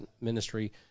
ministry